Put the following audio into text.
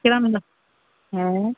কীরকম দাম হ্যাঁ